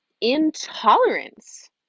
intolerance